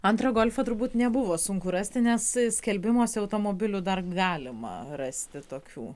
antrą golfą turbūt nebuvo sunku rasti nes skelbimuose automobilių dar galima rasti tokių